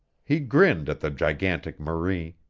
he grinned at the gigantic marie,